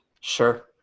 sure